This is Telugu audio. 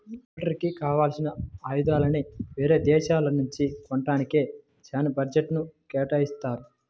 మిలిటరీకి కావాల్సిన ఆయుధాలని యేరే దేశాల నుంచి కొంటానికే చానా బడ్జెట్ను కేటాయిత్తారు